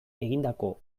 egindako